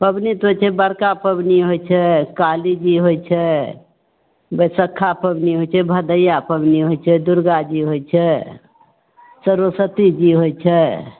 पाबनि तऽ होइ छै बड़का पाबनि होइ छै कालीजी होइ छै बैशखा पाबनि होइ छै भदैया पाबनि होइ छै दुर्गाजी होइ छै सरस्वतीजी होइ छै